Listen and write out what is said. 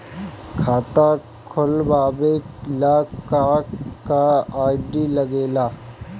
खाता खोलवावे ला का का आई.डी लागेला?